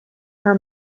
her